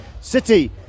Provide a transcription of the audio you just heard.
City